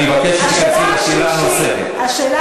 אני מבקש שתתייחסי לשאלה הנוספת.